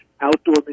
Outdoor